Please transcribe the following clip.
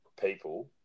people